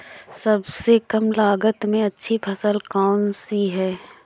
सबसे कम लागत में अच्छी फसल कौन सी है?